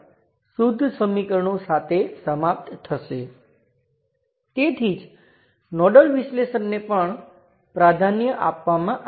હવે બીજી રીતે જ્યારે કરંટસ્ત્રોત પાવર ઉત્પન્ન કરે જે ઘણીવાર સમાન ઋણ રેઝિસ્ટરને અનુરૂપ હોય તે કામ કરે છે પરંતુ હમણાં માટે આપણે તેને પ્રતિબંધિત કરીશું